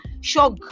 shock